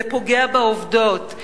זה פוגע בעובדות,